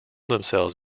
themselves